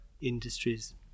industries